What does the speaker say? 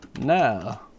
now